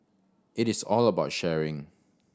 it is all about sharing